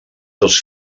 dos